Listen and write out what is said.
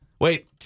Wait